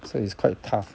so it's quite tough